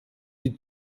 die